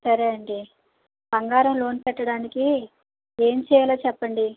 సరే అండి బంగారం లోన్ పెట్టడానికి ఏమి చెయ్యాలో చెప్పండి